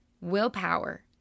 Willpower